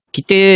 Kita